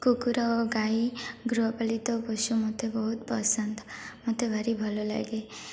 କୁକୁର ଓ ଗାଈ ଗୃହପାଳିତ ପଶୁ ମତେ ବହୁତ ପସନ୍ଦ ମତେ ଭାରି ଭଲ ଲାଗେ